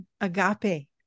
agape